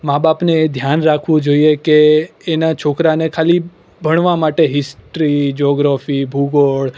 માબાપને એ ધ્યાન રાખવું જોઈએ કે એના છોકરાને ખાલી ભણવા માટે હિસ્ટ્રી જોગરોફી ભૂગોળ